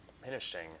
diminishing